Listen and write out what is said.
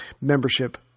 Membership